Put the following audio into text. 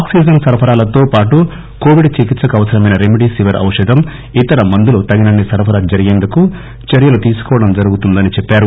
oxygen సరఫరాలతో పాటు Covid చికిత్సకు అవసరమైన రెమ్ డిసివర్ ఔషధం ఇతర మందులు తగినన్ని సరఫరా జరిగేందుకు చర్యలు తీసుకోవడం జరుగుతుందని అన్నారు